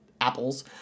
apples